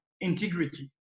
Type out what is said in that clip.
integrity